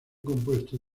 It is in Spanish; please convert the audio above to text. compuesto